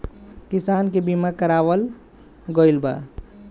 किसान के बीमा करावल गईल बा